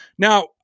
Now